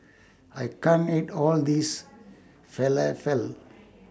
I can't eat All This Falafel